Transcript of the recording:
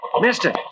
Mister